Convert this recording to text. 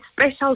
special